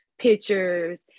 pictures